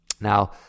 Now